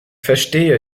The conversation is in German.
verstehe